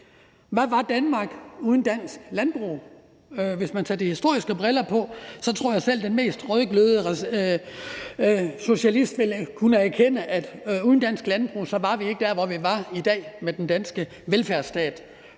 Hvad var Danmark uden dansk landbrug? Hvis man tager de historiske briller på, tror jeg, at selv den mest rødglødende socialist ville kunne erkende, at uden dansk landbrug var vi ikke der, hvor vi er i dag, med den danske velfærdsstat,